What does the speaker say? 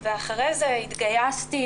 ואחרי זה התגייסתי,